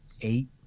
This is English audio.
eight